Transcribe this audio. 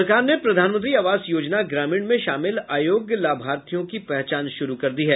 सरकार ने प्रधानमंत्री आवास योजना ग्रामीण में शामिल अयोग्य लाभार्थियों की पहचान शुरू कर दी है